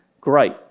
Great